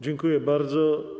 Dziękuję bardzo.